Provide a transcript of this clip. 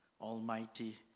Almighty